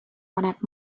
paneb